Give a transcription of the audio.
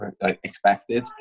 expected